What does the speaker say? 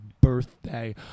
birthday